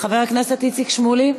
חבר הכנסת איציק שמולי,